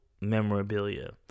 memorabilia